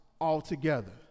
altogether